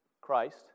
Christ